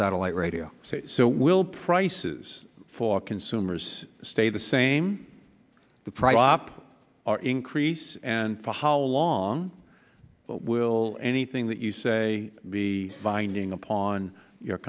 satellite radio so will prices for consumers stay the same the prop or increase and for how long will anything that you say be binding upon your